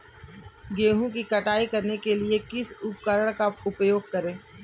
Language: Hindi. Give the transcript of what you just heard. गेहूँ की कटाई करने के लिए किस उपकरण का उपयोग करें?